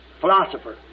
philosopher